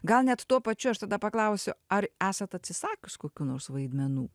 gal net tuo pačiu aš tada paklausiu ar esat atsisakius kokių nors vaidmenų